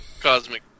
cosmic